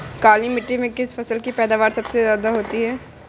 काली मिट्टी में किस फसल की पैदावार सबसे ज्यादा होगी?